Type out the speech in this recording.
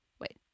Wait